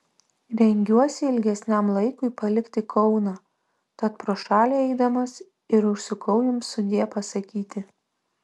rengiuosi ilgesniam laikui palikti kauną tat pro šalį eidamas ir užsukau jums sudie pasakyti